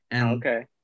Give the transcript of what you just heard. Okay